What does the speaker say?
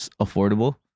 affordable